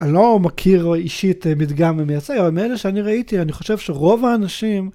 אני לא מכיר אישית מדגם ומייצג, אבל מאלה שאני ראיתי, אני חושב שרוב האנשים...